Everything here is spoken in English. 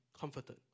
comforted